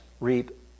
reap